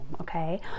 okay